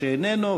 שאיננו,